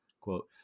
Quote